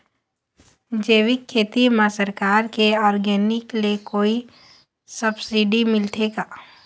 जैविक खेती म सरकार के ऑर्गेनिक ले कोई सब्सिडी मिलथे का?